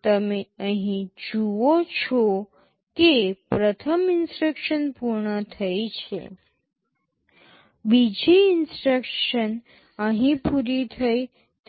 તમે અહીં જુઓ છો કે પ્રથમ ઇન્સટ્રક્શન પૂર્ણ થઈ છે બીજી ઇન્સટ્રક્શન અહીં પૂરી થઈ